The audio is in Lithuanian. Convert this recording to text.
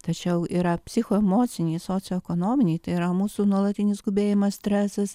tačiau yra psichoemociniai socioekonominiai tai yra mūsų nuolatinis skubėjimas stresas